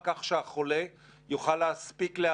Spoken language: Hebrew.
- יימחק.